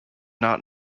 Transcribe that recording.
not